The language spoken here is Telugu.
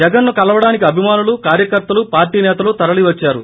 జగన్ను కలవడానికి అభిమానులు కార్యకర్తలు పార్టీసతలు తరలివద్చారు